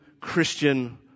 Christian